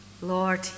Lord